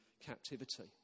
captivity